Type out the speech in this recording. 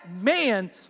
man